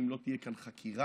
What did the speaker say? שאם לא תהיה כאן חקירה,